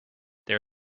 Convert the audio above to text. there